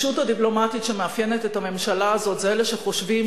הטיפשות הדיפלומטית שמאפיינת את הממשלה הזאת זה אלה שחושבים